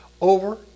over